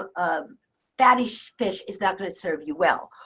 ah um fatty so fish. it's not going to serve you well.